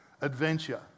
adventure